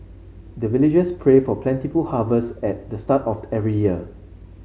the villagers pray for plentiful harvest at the start of every year